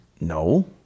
No